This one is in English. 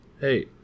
Hey